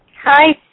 Hi